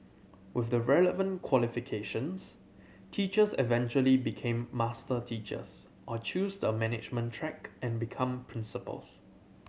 with the relevant qualifications teachers eventually become master teachers or choose the management track and become principals